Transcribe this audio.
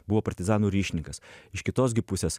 buvo partizanų ryšininkas iš kitos gi pusės